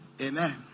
Amen